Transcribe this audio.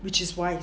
which is wise